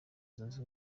zunze